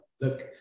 look